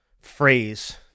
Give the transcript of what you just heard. phrase